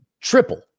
triple